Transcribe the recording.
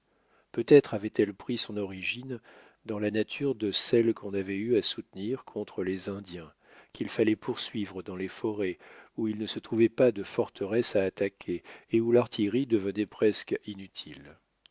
peut-être avait-elle pris son origine dans la nature de celles qu'on avait eu à soutenir contre les indiens qu'il fallait poursuivre dans les forêts où il ne se trouvait pas de forteresses à attaquer et où l'artillerie devenait presque inutile